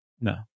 no